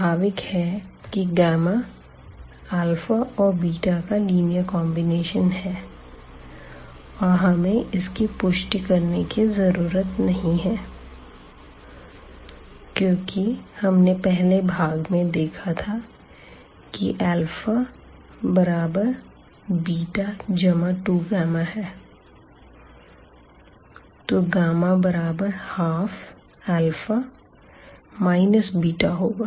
स्वाभाविक है कि गामा और β का लीनियर कॉन्बिनेशन है और हमें इसकी पुष्टि करने की जरूरत नहीं है क्योंकि हमने पहले भाग में देखा था कि बराबर β जमा 2है तो बराबर हाफ माइनस β होगा